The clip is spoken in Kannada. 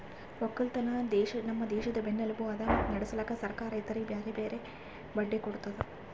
ಒಕ್ಕಲತನ ನಮ್ ದೇಶದ್ ಬೆನ್ನೆಲುಬು ಅದಾ ಮತ್ತೆ ನಡುಸ್ಲುಕ್ ಸರ್ಕಾರ ರೈತರಿಗಿ ಬ್ಯಾರೆ ಬ್ಯಾರೆ ಬಡ್ಡಿ ಕೊಡ್ತುದ್